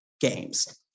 games